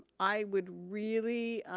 i would really,